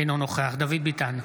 אינו נוכח דוד ביטן,